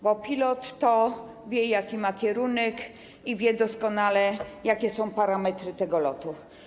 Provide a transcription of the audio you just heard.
Bo pilot wie, jaki ma kierunek, i wie doskonale, jakie są parametry lotu.